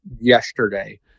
yesterday